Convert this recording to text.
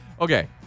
okay